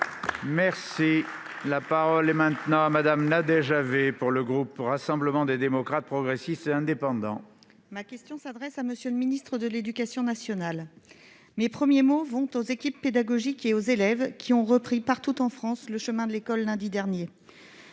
logement. La parole est à Mme Nadège Havet, pour le groupe Rassemblement des démocrates, progressistes et indépendants. Ma question s'adresse à M. le ministre de l'éducation nationale. Mes premiers mots vont aux équipes pédagogiques et aux élèves qui, partout en France, ont repris le chemin de l'école lundi dernier.